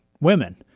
women